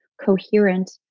coherent